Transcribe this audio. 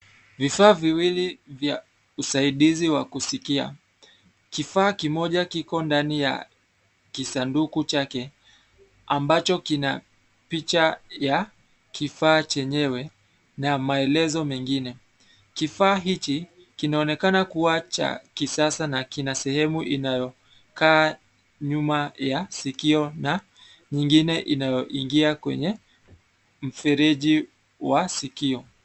Vifaa viwili vya usaidizi wa kusikia. Kifaa kimoja kiko ndani ya kisanduku chake, ambacho kina picha ya kifaa chenyewe na maelezo mengine. Kifaa hichi kinaonekana kuwa cha kisasa na kina sehemu inayokaa nyuma ya sikio na nyingine inayoingia kwenye mfereji wa sikio.